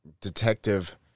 detective